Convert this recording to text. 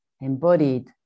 embodied